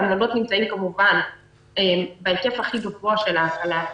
והמלונות נמצאים כמובן בהיקף הכי גבוה של ההקלה,